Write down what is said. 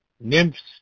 nymphs